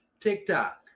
TikTok